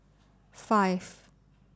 five